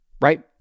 right